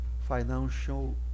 financial